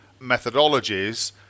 methodologies